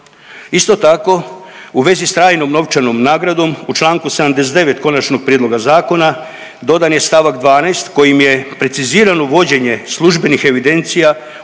Isto tako u vezi s trajnom novčanom nagradom u čl. 79. Konačnog prijedloga Zakona dodan je st. 12. kojim je precizirano vođenje službenih evidencija